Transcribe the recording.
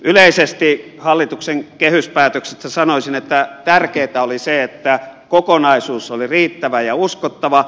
yleisesti hallituksen kehyspäätöksestä sanoisin että tärkeätä oli se että kokonaisuus oli riittävä ja uskottava